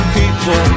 people